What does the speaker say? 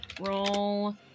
Roll